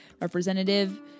representative